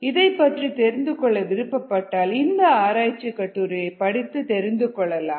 இதைப் பற்றி தெரிந்துகொள்ள விருப்பப்பட்டால் இந்த ஆராய்ச்சி கட்டுரை படித்து தெரிந்து கொள்ளலாம்